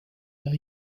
der